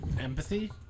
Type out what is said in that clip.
Empathy